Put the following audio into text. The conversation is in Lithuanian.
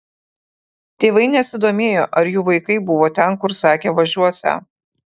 tėvai nesidomėjo ar jų vaikai buvo ten kur sakė važiuosią